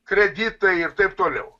kreditai ir taip toliau